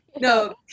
no